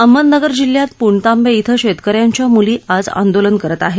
अहमदनगर जिल्ह्यात पुणतांवे इथं शेतक यांच्या मुली आज आंदोलन करत आहेत